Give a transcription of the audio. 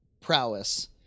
prowess